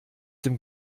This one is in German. dem